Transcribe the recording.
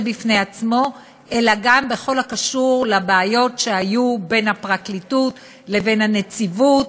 בפני עצמו אלא גם בכל הקשור לבעיות שהיו בין הפרקליטות לבין הנציבות,